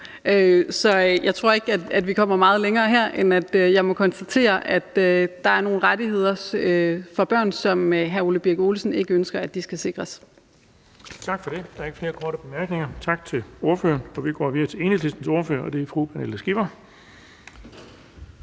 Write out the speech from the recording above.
Så jeg tror ikke, at vi kommer meget længere her, end at jeg må konstatere, at der er nogle rettigheder for børn, som hr. Ole Birk Olesen ikke ønsker at de skal sikres. Kl. 21:39 Den fg. formand (Erling Bonnesen): Tak for det. Der er ikke flere korte bemærkninger. Tak til ordføreren. Vi går videre til Enhedslistens ordfører, og det er fru Pernille Skipper.